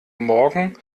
morgen